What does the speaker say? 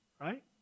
right